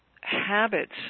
habits